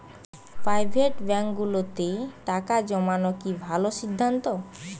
Private ব্যাংকগুলোতে টাকা জমানো কি ভালো সিদ্ধান্ত?